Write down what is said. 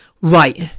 right